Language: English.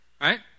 Right